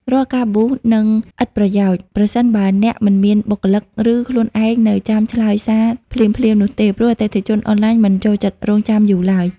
រាល់ការ Boost នឹងឥតប្រយោជន៍ ប្រសិនបើអ្នកមិនមានបុគ្គលិក ឬខ្លួនឯងនៅចាំឆ្លើយសារភ្លាមៗនោះទេ ព្រោះអតិថិជនអនឡាញមិនចូលចិត្តរង់ចាំយូរឡើយ។